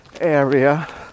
area